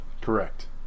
Correct